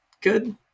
good